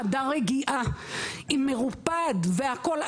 חדר רגיעה מרופד והכול,